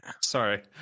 Sorry